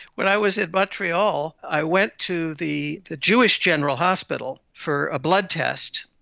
when i was in montreal i went to the the jewish general hospital for a blood test,